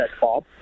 Bob